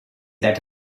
that